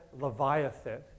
Leviathan